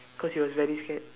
cause he was very scared